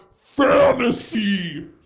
fantasy